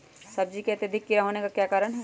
सब्जी में अत्यधिक कीड़ा होने का क्या कारण हैं?